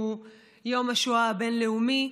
שהוא יום השואה הבין-לאומי,